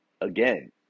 again